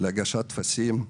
להגשת טפסים,